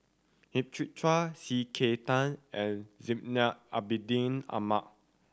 Hang Chang Chieh C K Tang and Zainal Abidin Ahmad